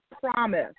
promise